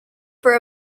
for